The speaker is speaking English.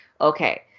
okay